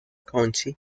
county